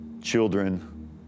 Children